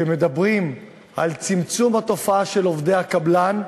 כשמדברים על צמצום התופעה של עובדי הקבלן,